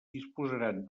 disposaran